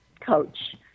Coach